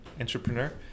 entrepreneur